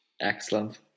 Excellent